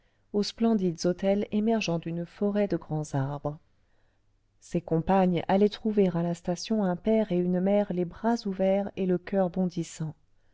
aux splendides hôtels émergeant d'une forêt de grands arbres ses compagnes allaient trouver à la station un père et une mère les bras ouverts et le coeur bondissant